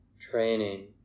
training